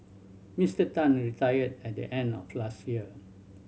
Mister Tan retired at the end of last year